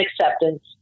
acceptance